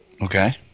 Okay